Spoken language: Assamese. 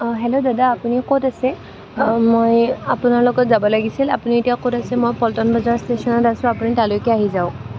হেল্ল' দাদা আপুনি ক'ত আছে মই আপোনাৰ লগত যাব লাগিছিল আপুনি এতিয়া ক'ত আছে মই পল্টন বজাৰৰ ষ্টেচনত আছোঁ আপুনি তালৈকে আহি যাওক